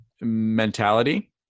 mentality